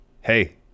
hey